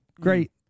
Great